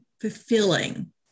fulfilling